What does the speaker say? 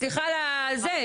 סליחה על זה,